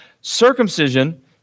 circumcision